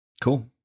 cool